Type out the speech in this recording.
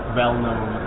well-known